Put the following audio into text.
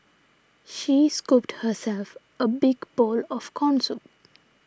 she scooped herself a big bowl of Corn Soup